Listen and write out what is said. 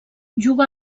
juga